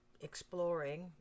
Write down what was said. exploring